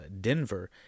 Denver